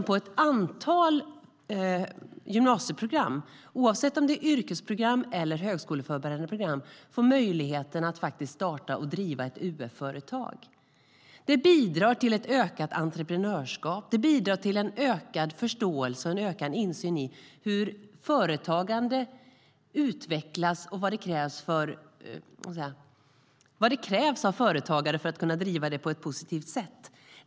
På ett antal gymnasieprogram, oavsett om det är yrkesprogram eller högskoleförberedande program, får eleverna möjlighet att starta och driva ett UF-företag. Detta bidrar till ökat entreprenörskap och en ökad förståelse för och insyn i hur företagande utvecklas och vad som krävs av företagare för att kunna driva företag på ett positivt sätt.